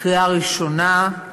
לקריאה ראשונה.